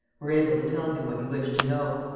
were able to tell him what he wished to know.